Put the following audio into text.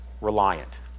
reliant